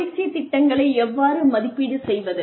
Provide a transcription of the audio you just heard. பயிற்சி திட்டங்களை எவ்வாறு மதிப்பீடு செய்வது